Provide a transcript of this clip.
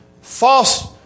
false